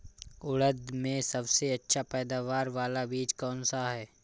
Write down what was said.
उड़द में सबसे अच्छा पैदावार वाला बीज कौन सा है?